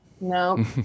No